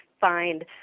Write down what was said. find